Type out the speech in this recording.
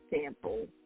sample